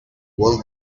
well